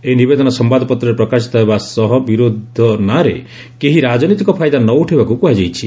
ଏହି ନିବେଦନ ସମ୍ଭାଦପତ୍ରରେ ପ୍ରକାଶିତ ହେବା ସହ ବିରୋଧ ନାଁ ରେ କେହି ରାଜନୈତିକ ଫାଇଦା ନ ଉଠାଇବାକୁ କୁହାଯାଇଛି